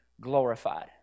glorified